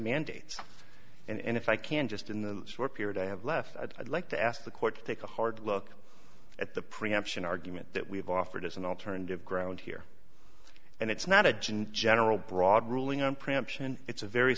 mandates and if i can just in the period i have left i'd like to ask the court to take a hard look at the preemption argument that we've offered as an alternative ground here and it's not a giant general broad ruling on preemption it's a very